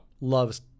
loves